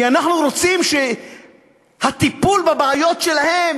כי אנחנו רוצים שהטיפול בבעיות שלהם,